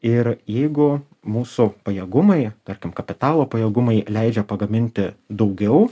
ir jeigu mūsų pajėgumai tarkim kapitalo pajėgumai leidžia pagaminti daugiau